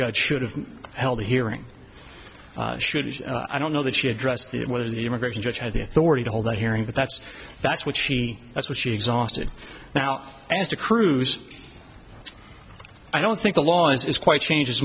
judge should have held a hearing should i don't know that she addressed it whether the immigration judge had the authority to hold that hearing but that's that's what she that's what she exhausted now as to cruise i don't think the law is quite change as